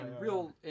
real